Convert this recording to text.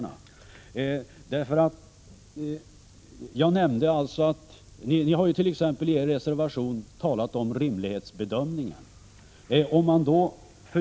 Ni hari er reservation t.ex. talat om rimlighetsbedömningar.